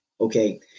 Okay